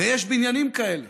ויש בניינים כאלה